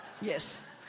Yes